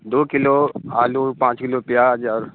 دو kilo آلو اور پانچ کلو پیاز اور